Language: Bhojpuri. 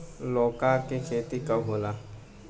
लौका के खेती कब होला?